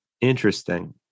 Interesting